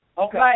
Okay